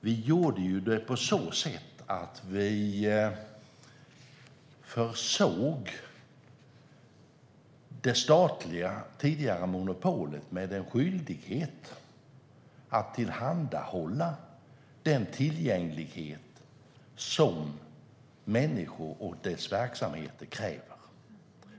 Vi gjorde det på så sätt att vi försåg det statliga tidigare monopolet med en skyldighet att tillhandahålla den tillgänglighet som människor och deras verksamheter kräver.